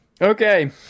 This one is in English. Okay